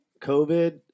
COVID